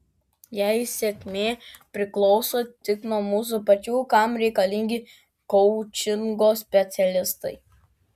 jei sėkmė priklauso tik nuo mūsų pačių kam reikalingi koučingo specialistai